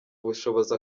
ubushobozi